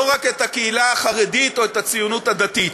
לא רק את הקהילה החרדית או את הציונות הדתית.